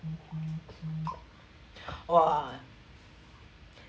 !wah!